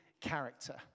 character